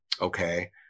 okay